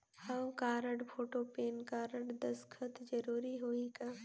हव card, photo, PAN card, दस्खत जरूरी होही का?